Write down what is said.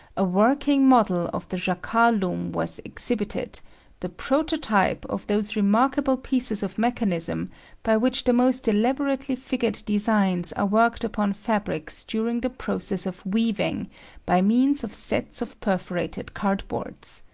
a working model of the jacquard loom was exhibited the prototype of those remarkable pieces of mechanism by which the most elaborately figured designs are worked upon fabrics during the process of weaving by means of sets of perforated cardboards.